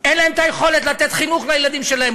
אין להם יכולת לתת חינוך לילדים שלהם,